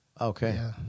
Okay